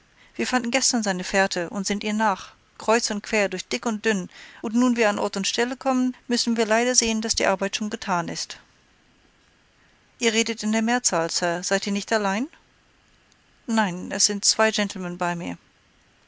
wir fanden gestern seine fährte und sind ihr nach kreuz und quer durch dick und dünn und nun wir an ort und stelle kommen müssen wir leider sehen daß die arbeit schon getan ist ihr redet in der mehrzahl sir seid ihr nicht allein nein es sind zwei gentlemen bei mir